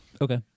okay